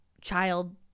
child